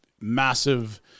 massive